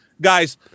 guys